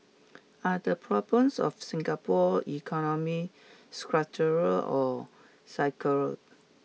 are the problems of Singapore economy structural or